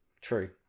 true